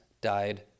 died